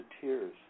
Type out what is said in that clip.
tears